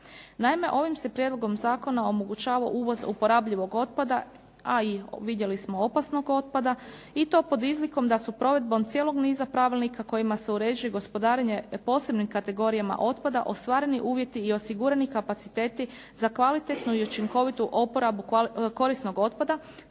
Naime, ovim se prijedlogom zakona omogućava uvoz oporabljivog otpada, a i vidjeli smo opasnog otpada i to pod izlikom da su provedbom cijelog niza pravilnika kojima se uređuje gospodarenje posebnim kategorijama otpada, ostvareni uvjeti i osigurani kapaciteti za kvalitetnu i učinkovitu oporabu korisnog otpada,